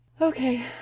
Okay